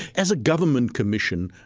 as a government commission,